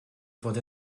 fod